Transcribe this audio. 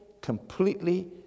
completely